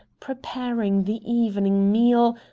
preparing the evening meal,